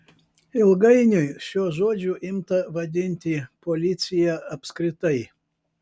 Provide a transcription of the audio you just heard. ilgainiui šiuo žodžiu imta vadinti policiją apskritai